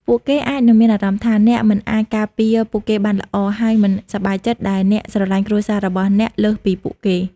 ពួកគេអាចនឹងមានអារម្មណ៍ថា អ្នកមិនអាចការពារពួកគេបានល្អ ហើយមិនសប្បាយចិត្តដែលអ្នកស្រលាញ់គ្រួសាររបស់អ្នកលើសពីពួកគេ។